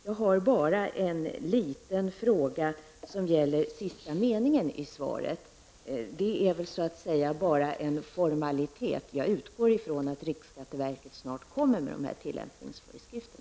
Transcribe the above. Jag har bara en liten fråga, som gäller sista meningen i svaret: Det är väl så att säga bara en formalitet? Jag utgår från att riksskatteverket snart kommer med sådana tillämpningsföreskrifter.